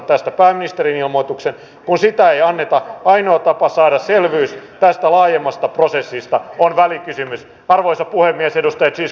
vastauksena näihin suomi osaltaan tarjoaa jatkoa pohjois irakissa olevaan erbilin koulutusoperaatioon ja sen laajentamista sekä libanonin unifil operaatioon osallistumisen laajentamista